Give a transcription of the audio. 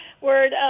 word